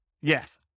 Yes